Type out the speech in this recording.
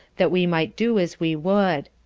that we might do as we would.